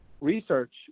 research